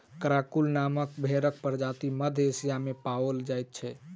Karakul नामक भेंड़क प्रजाति मध्य एशिया मे पाओल जाइत छै